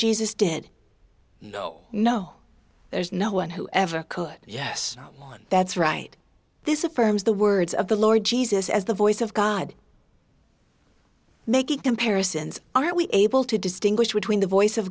jesus did no no there's no one who ever could yes that's right this affirms the words of the lord jesus as the voice of god making comparisons are we able to distinguish between the voice of